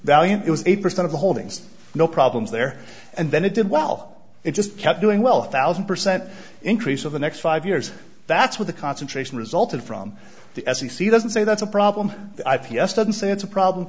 valient it was eight percent of the holdings no problems there and then it did well it just kept doing well thousand percent increase of the next five years that's what the concentration resulted from the f c c doesn't say that's a problem i p s doesn't say it's a problem